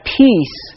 peace